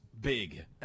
big